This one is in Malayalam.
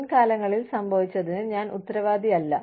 മുൻകാലങ്ങളിൽ സംഭവിച്ചതിന് ഞാൻ ഉത്തരവാദിയല്ല